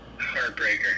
Heartbreaker